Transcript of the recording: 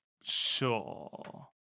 Sure